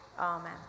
Amen